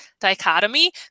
dichotomy